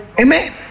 Amen